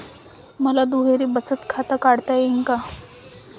मले दुहेरी बचत खातं काढता येईन का?